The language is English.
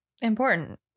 important